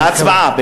ההצבעה.